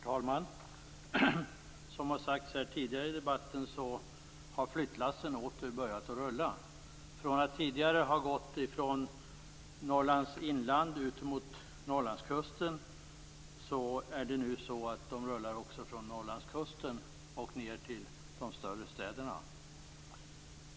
Herr talman! Som har sagts tidigare i debatten har flyttlassen åter börjat att rulla. Från att tidigare ha gått från Norrlands inland mot Norrlandskusten rullar de nu också från Norrlandskusten ned till de större städerna.